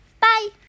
bye